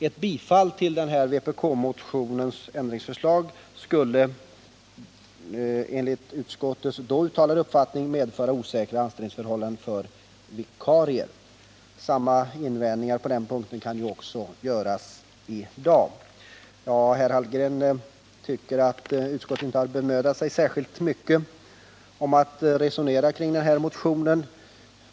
Ett bifall till vpk-motionens ändringsförslag skulle enligt utskottets då uttalade uppfattning medföra osäkra anställningsförhållanden för vikarierna. Samma invändningar på den punkten kan göras i dag. Herr Hallgren tycker att utskottet inte har bemödat sig särskilt mycket om att resonera kring motionen.